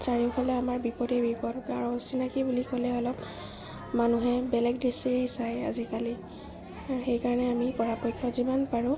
চাৰিওফালে আমাৰ বিপদেই বিপদ আৰু অচিনাকী বুলি ক'লে অলপ মানুহে বেলেগ দৃষ্টিৰেই চায় আজিকালি সেইকাৰণে আমি পৰাপক্ষত যিমান পাৰোঁ